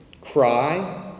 Cry